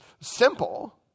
simple